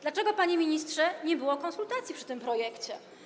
Dlaczego, panie ministrze, nie było konsultacji przy tym projekcie?